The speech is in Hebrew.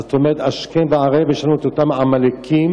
זאת אומרת: השכם והערב יש לנו אותם עמלקים